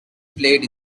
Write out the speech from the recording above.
played